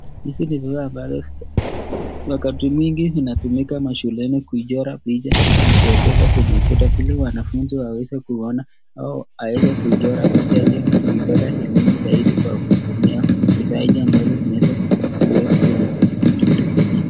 Hizi ni picha ambazo wakati nyingi zinatumika mashuleni kuichora picha na kuekeza kwenye ukuta, ili wanafunzi waweze kuona au aweze kuichora picha hiyo ili aweze kupata elimu zaidi kwa kuitumia kifaa hiki ambazo zinaweza kuweka kwenye kitu hiki.